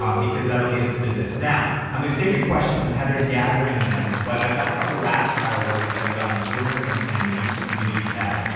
um because that'll get us into this. now, i'm gonna take your questions and heather's gathering them. but i've got a couple rapid fire ones that i got on twitter and and the youtube community tab.